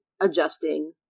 adjusting